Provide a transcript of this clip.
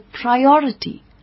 priority